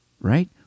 Right